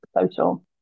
social